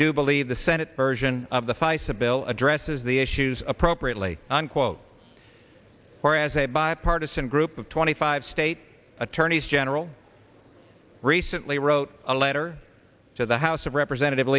do believe the senate version of the feis a bill addresses the issues appropriately unquote or as a bipartisan group of twenty five state attorneys general recently wrote a letter to the house of representative